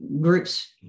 groups